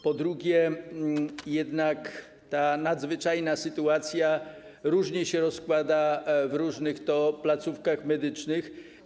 Po drugie, jednak ta nadzwyczajna sytuacja różnie się rozkłada w różnych placówkach medycznych.